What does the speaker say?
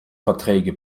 verträge